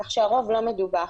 כך שהרוב לא מדווח.